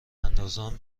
اندازان